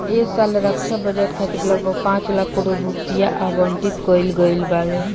ऐ साल रक्षा बजट खातिर लगभग पाँच लाख करोड़ रुपिया आवंटित कईल गईल बावे